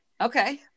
Okay